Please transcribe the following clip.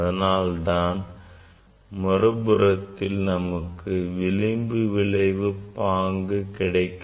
அதனால் அதன் மறுபுறத்தில் நமக்கு விளிம்பு விளைவு பாங்கு கிடைக்கும்